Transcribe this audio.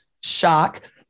shock